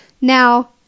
Now